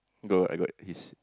got I got his